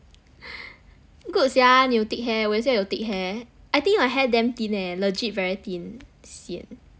good sia 你有 thick hair 我也是要有 thick hair I think my hair damn thin leh legit very thin seh